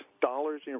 dollars